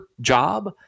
job